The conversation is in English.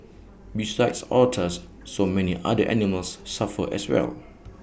besides otters so many other animals suffer as well